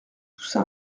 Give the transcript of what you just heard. poussa